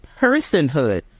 personhood